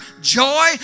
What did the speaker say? joy